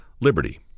liberty